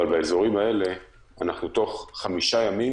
אבל באזורים האלה כל חמישה ימים